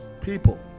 People